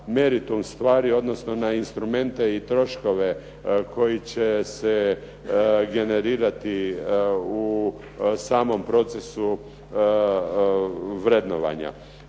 meritum stvari, odnosno na instrumente i troškove koji će se generirati u samom procesu vrednovanja.